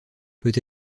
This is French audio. peut